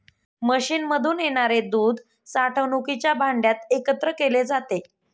मशीनमधून येणारे दूध साठवणुकीच्या भांड्यात एकत्र केले जाते